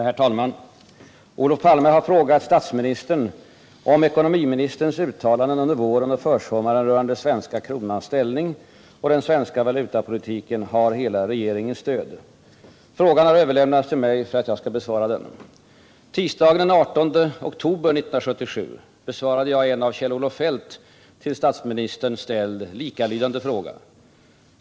Herr talman! Olof Palme har frågat statsministern om ekonomiministerns uttalanden under våren och försommaren rörande den svenska kronans ställning och den svenska valutapolitiken har hela regeringens stöd. Frågan har överlämnats till mig för att jag skall besvara den. Tisdagen den 18 oktober 1977 besvarade jag en av Kjell-Olof Feldt till statsministern ställd likalydande fråga.